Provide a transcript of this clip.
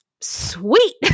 sweet